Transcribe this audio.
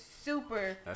super